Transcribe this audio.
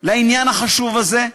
לעניין החשוב הזה,